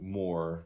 more